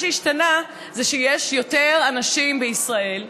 מה שהשתנה הוא שיש יותר אנשים בישראל,